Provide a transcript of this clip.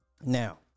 Now